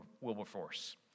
Wilberforce